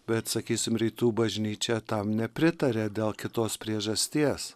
bet sakysim rytų bažnyčia tam nepritaria dėl kitos priežasties